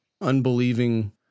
unbelieving